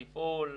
תפעול,